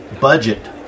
budget